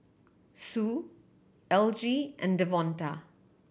Sue Elgie and Devonta